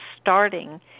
starting